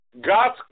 God's